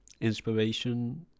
inspiration